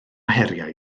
heriau